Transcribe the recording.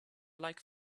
like